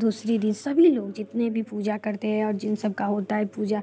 दूसरे दिन सभी लोग जितने भी पूजा करते हैं और जिन सबका होता है पूजा